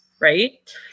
right